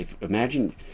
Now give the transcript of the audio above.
imagine